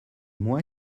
moi